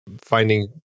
finding